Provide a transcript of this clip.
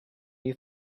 you